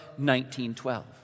1912